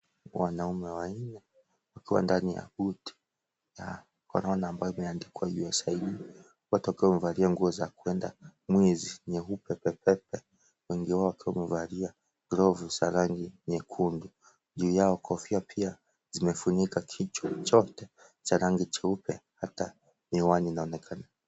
Wanaume wanne wakiwa ndani ya buti ya korona ambayo imeandikwa USAID wote wakiwa wamevalia nguo za kuenda mwezi nyeupe pepepe wengi wao wakiwa wamevalia glovu za rangi nyekundu. Juu Yao pia kofia zimefunika kichwa chote cha rangi jeupe hata miwani inaonekana.